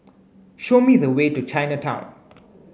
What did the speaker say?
show me the way to Chinatown